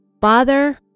father